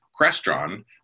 Crestron